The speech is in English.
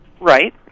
Right